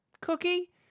cookie